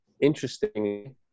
interestingly